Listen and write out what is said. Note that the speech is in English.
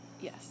Yes